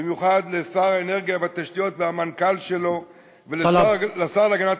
ובמיוחד לשר האנרגיה והתשתיות ולמנכ"ל שלו ולשר להגנת